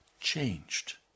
changed